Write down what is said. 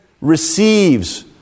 receives